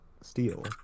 steel